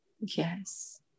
Yes